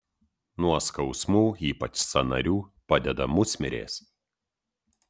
nuo skausmų ypač sąnarių padeda musmirės